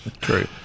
True